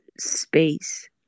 space